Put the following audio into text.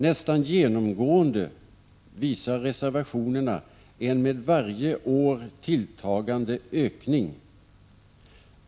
Nästan genomgående visar reservationerna en med varje år tilltagande ökning.